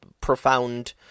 profound